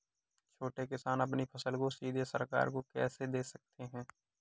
छोटे किसान अपनी फसल को सीधे सरकार को कैसे दे सकते हैं?